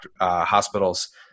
hospitals